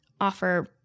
offer